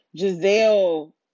Giselle